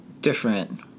different